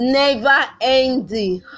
never-ending